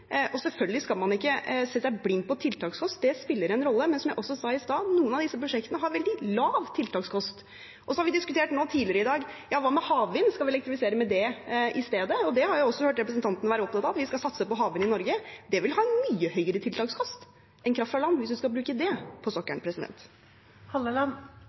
og selvfølgelig skal man ikke se seg blind på tiltakskost. Det spiller en rolle, men som jeg sa i stad, har noen av disse prosjektene veldig lav tiltakskost. Tidligere i dag har vi diskutert havvind – skal vi elektrifisere med det i stedet? Det har også representanten vært opptatt av, at vi skal satse på havvind i Norge. Det vil ha mye høyere tiltakskost enn kraft fra land, hvis man skal bruke det på